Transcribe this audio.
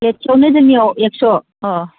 प्लेटसेयावनो जोंनियाव एकस' अ